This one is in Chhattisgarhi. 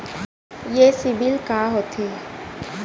ये सीबिल का होथे?